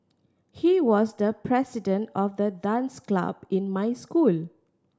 he was the president of the dance club in my school